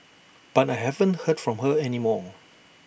but I haven't heard from her any more